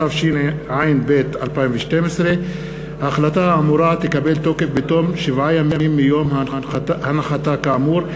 התשע"ב 2012. כל החלטה תקבל תוקף בתום שבעה ימים מיום הנחתה כאמור,